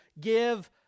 give